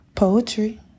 Poetry